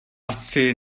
asi